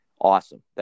Awesome